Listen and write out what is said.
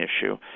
issue